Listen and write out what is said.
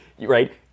right